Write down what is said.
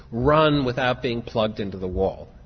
run without being plugged into the wall.